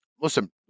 Listen